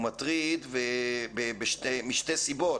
הוא מטריד משתי סיבות,